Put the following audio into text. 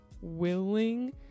willing